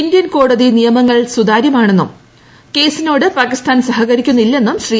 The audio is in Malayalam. ഇന്ത്യൻ കോടതി നിയമങ്ങൾ സുതാര്യമാണെന്നും കേസിനോട് പാക്കിസ്ഥാൻ സഹകരിക്കുന്നില്ലെന്നും ശ്രീ